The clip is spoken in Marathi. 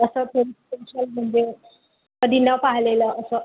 तसं तर म्हणशाल म्हणजे कधी न पाहिलेल असं